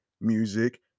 music